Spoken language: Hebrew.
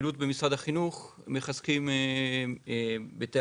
מחזקים גם בתי